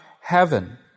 heaven